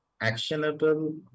actionable